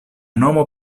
nomo